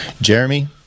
Jeremy